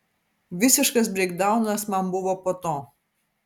visiškas breikdaunas man buvo po to